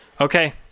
Okay